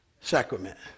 sacrament